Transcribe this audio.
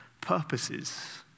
purposes